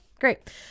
Great